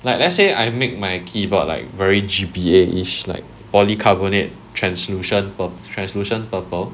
like let's say I make my keyboard like very G_B_A ish like poly carbonate translucent per~ translucent purple